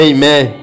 Amen